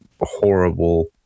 horrible